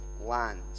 land